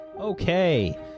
Okay